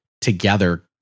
together